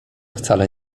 wcale